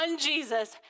Jesus